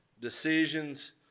decisions